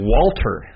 Walter